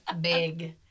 big